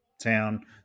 town